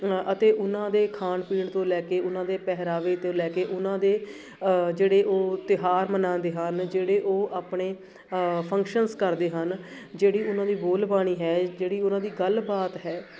ਅਤੇ ਉਨਾਂ ਦੇ ਖਾਣ ਪੀਣ ਤੋਂ ਲੈ ਕੇ ਉਹਨਾਂ ਦੇ ਪਹਿਰਾਵੇ ਤੋਂ ਲੈ ਕੇ ਉਹਨਾਂ ਦੇ ਜਿਹੜੇ ਉਹ ਤਿਉਹਾਰ ਮਨਾਉਂਦੇ ਹਨ ਜਿਹੜੇ ਉਹ ਆਪਣੇ ਫੰਕਸ਼ਨਸ ਕਰਦੇ ਹਨ ਜਿਹੜੀ ਉਹਨਾਂ ਦੀ ਬੋਲਬਾਣੀ ਹੈ ਜਿਹੜੀ ਉਹਨਾਂ ਦੀ ਗੱਲਬਾਤ ਹੈ